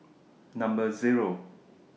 Number Zero